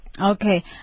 Okay